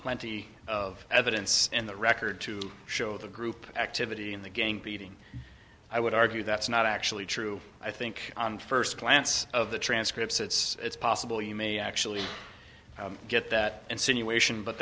plenty of evidence in the record to show the group activity in the gang beating i would argue that's not actually true i think on first glance of the transcripts it's it's possible you may actually get that and simulation but